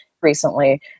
recently